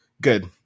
Good